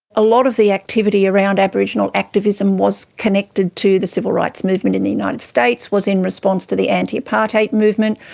a lot of the activity around aboriginal activism was connected to the civil rights movement in the united states, was in response to the anti-apartheid movement.